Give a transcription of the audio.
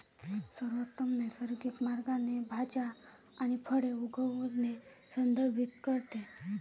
सर्वोत्तम नैसर्गिक मार्गाने भाज्या आणि फळे उगवणे संदर्भित करते